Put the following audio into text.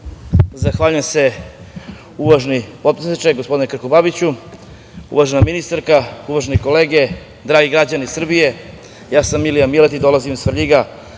Zahvaljujem se, uvaženi potpredsedniče, gospodine Krkobabiću. Uvažena ministarka, uvažene kolege, dragi građani Srbije, ja sam Milija Miletić, dolazim iz Svrljiga,